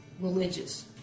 religious